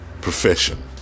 profession